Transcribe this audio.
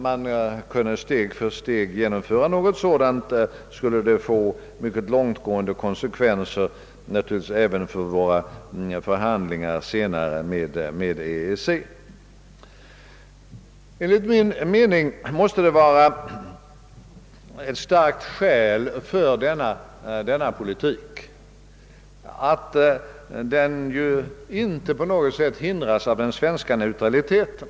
Jag tror att ett stegvis genomförande av en sådan union skulle få mycket långtgående konsekvenser även för våra senare förhandlingar med EEC. Enligt min mening måste det vara ett starkt skäl för denna politik att den inte på något sätt hindras av den svenska neutraliteten.